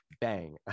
bang